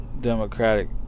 democratic